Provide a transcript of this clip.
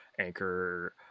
Anchor